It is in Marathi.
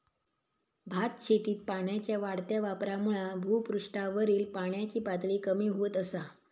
भातशेतीत पाण्याच्या वाढत्या वापरामुळा भुपृष्ठावरील पाण्याची पातळी कमी होत असा